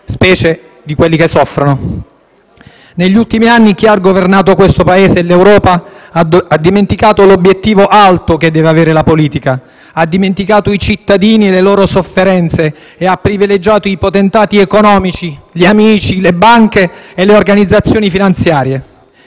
specie quelle che soffrono. Negli ultimi anni chi ha governato questo Paese e l'Europa ha dimenticato l'obiettivo alto che deve avere la politica; ha dimenticato i cittadini e le loro sofferenze e ha privilegiato i potentati economici, gli amici, le banche e le organizzazioni finanziarie.